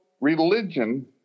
religion